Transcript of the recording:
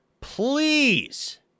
Please